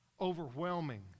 overwhelming